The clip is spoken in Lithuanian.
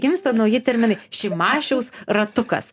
gimsta nauji terminai šimašiaus ratukas